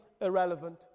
irrelevant